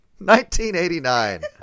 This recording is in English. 1989